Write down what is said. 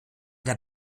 der